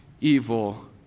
evil